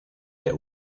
der